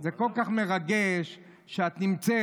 זה כל כך מרגש שאת נמצאת,